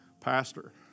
Pastor